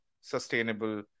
sustainable